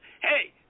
Hey